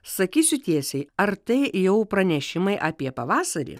sakysiu tiesiai ar tai jau pranešimai apie pavasarį